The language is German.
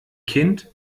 kind